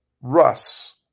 Russ